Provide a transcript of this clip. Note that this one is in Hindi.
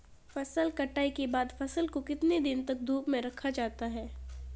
फसल कटाई के बाद फ़सल को कितने दिन तक धूप में रखा जाता है?